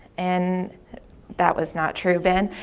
and that was not true ben,